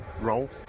roll